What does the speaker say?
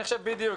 בדיוק,